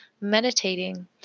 meditating